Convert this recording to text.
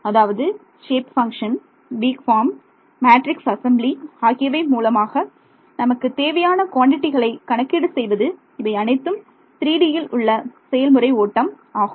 அதாவது shape function weak form matrix assembly ஆகியவை மூலமாக நமக்குத் தேவையான குவாண்டிடிகளை கணக்கீடு செய்வது இவை அனைத்தும் 3டியில் உள்ள செயல்முறை ஓட்டம் ஆகும்